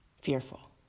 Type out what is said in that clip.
fearful